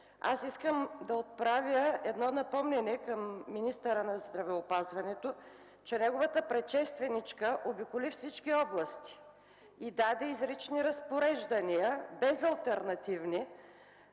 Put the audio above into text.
Аз искам да отправя едно напомняне към министъра на здравеопазването, че неговата предшественичка обиколи всички области и даде изрични разпореждания – безалтернативни,